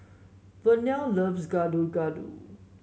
Vernell loves Gado Gado